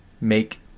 make